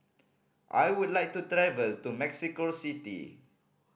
I would like to travel to Mexico City